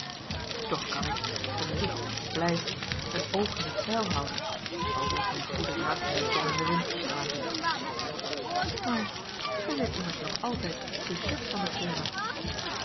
toch kan ik ten minste a l g bosboom-toussaint langs een omweg als ik hier blijf een oog in t zeil houden al wordt mijn goeden raad meestal in den wind geslagen maar gij zijt immers nog altijd de chef van de firma